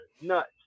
nuts